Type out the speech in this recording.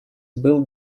был